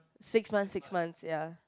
six months six months ya